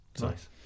Nice